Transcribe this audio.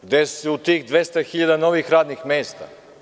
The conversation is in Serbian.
Gde su tih 200.000 novih radnih mesta?